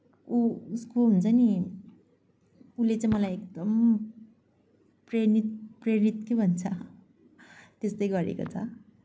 ऊ उसको हुन्छ नि उसले चाहिँ मलाई एकदम प्रेनित प्रेरित के भन्छ त्यस्तै गरेको छ